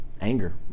anger